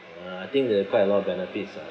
uh I think there are quite a lot of benefits ah